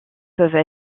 peuvent